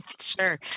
Sure